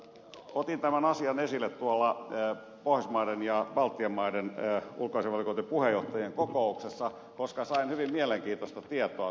otin tämän asian esille pohjoismaiden ja baltian maiden ulkoasiainvaliokuntien puheenjohtajien kokouksessa koska sain hyvin mielenkiintoista tietoa suomalaisilta asiantuntijoilta